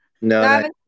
No